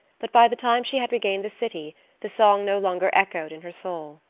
but by the time she had regained the city the song no longer echoed in her soul.